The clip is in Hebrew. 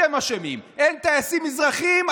אתם אשמים, אין טייסים מזרחים?